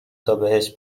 تابهش